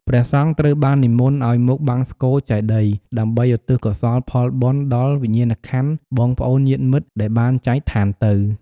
ព្រះសង្ឃត្រូវបាននិមន្តឲ្យមកបង្សុកូលចេតិយ ដើម្បីឧទ្ទិសកុសលផលបុណ្យដល់វិញ្ញាណក្ខន្ធបងប្អូនញាតិមិត្តដែលបានចែកឋានទៅ។